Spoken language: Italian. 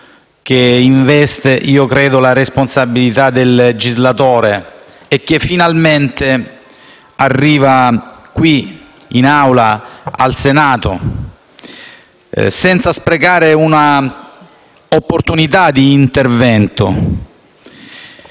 che investe la responsabilità del legislatore e che, finalmente, arriva qui in Aula, in Senato, senza sprecare una opportunità di intervento.